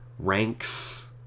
ranks